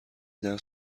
درس